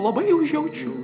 labai užjaučiu